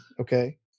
Okay